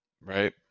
Right